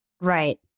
Right